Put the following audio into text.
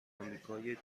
آمریکای